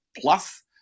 plus